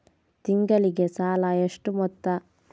ತಿಂಗಳಿಗೆ ಸಾಲ ಎಷ್ಟು ಮೊತ್ತ?